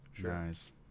Nice